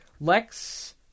Lex